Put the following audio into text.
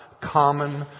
common